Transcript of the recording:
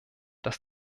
dass